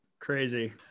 Crazy